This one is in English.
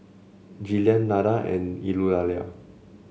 Jillian Nada and Eulalia